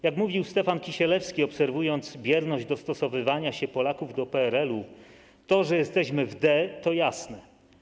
Jak mówił Stefan Kisielewski, obserwując bierność dostosowywania się Polaków do PRL-u: To, że jesteśmy w d..., to jasne.